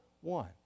one